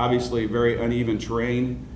obviously very uneven train